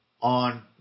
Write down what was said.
on